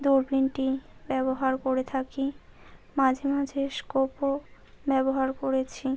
দূরবিনটি ব্যবহার করে থাকি মাঝে মাঝে স্কোপও ব্যবহার করেছি